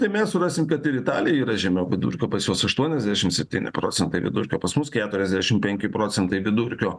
tai mes surasim kad ir italija yra žemiau vidurkio pas juos aštuoniasdešimt septyni procentai vidurkio pas mus keturiasdešimt penki procentai vidurkio